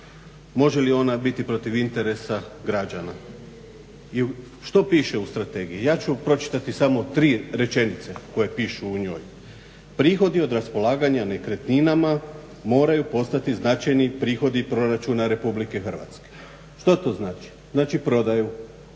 može li ona biti protiv interesa građana. I što piše u strategiji? Ja ću pročitati samo tri rečenice koje piše u njoj. Prihodi od raspolaganja nekretninama moraju postati značajni prihodi proračuna Republike Hrvatske. Što to znači? Znači prodaju,